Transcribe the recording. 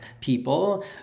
people